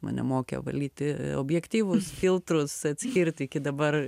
mane mokė valyti objektyvus filtrus atskirt iki dabar